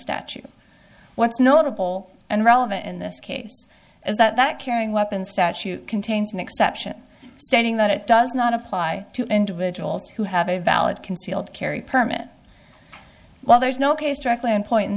statute what's notable and relevant in this case is that carrying weapons statute contains an exception stating that it does not apply to individuals who have a valid concealed carry permit while there is no case directly on point